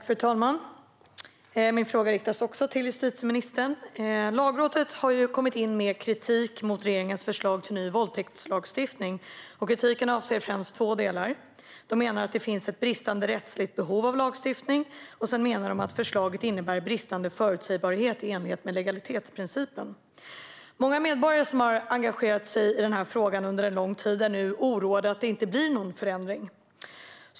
Fru talman! Också min fråga går till justitieministern. Lagrådet har kommit in med kritik mot regeringens förslag till ny våldtäktslagstiftning. Kritiken avser främst två delar. Man menar att det finns ett bristande rättsligt behov av ny lagstiftning och att förslaget innebär bristande förutsägbarhet i enlighet med legalitetsprincipen. Många medborgare som har engagerat sig i denna fråga under en lång tid är nu oroliga för att det inte blir någon förändring.